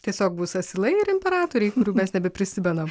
tiesiog bus asilai ir imperatoriai kurių mes nebeprisimenam